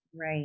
Right